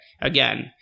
again